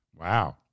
Wow